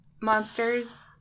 monsters